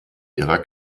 ihrer